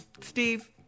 Steve